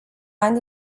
ani